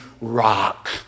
rock